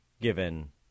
given